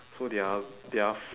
so they are they are f~